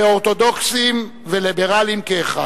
לאורתודוקסים ולליברלים כאחד.